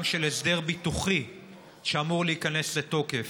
של הסדר ביטוחי שאמור להיכנס לתוקף,